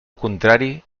contrari